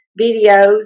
videos